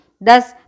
Thus